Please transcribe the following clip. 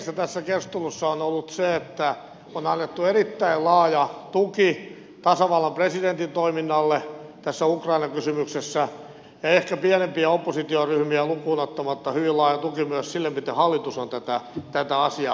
keskeistä tässä keskustelussa on ollut se että on annettu erittäin laaja tuki tasavallan presidentin toiminnalle tässä ukrainan kysymyksessä ja ehkä pienempiä oppositioryhmiä lukuun ottamatta hyvin laaja tuki myös sille miten hallitus on tätä asiaa hoitanut